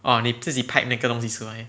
orh 你自己 pipe 那个东西出来